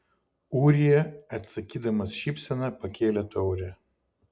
ūrija atsakydamas šypsena pakėlė taurę